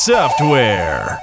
Software